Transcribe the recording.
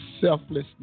selflessness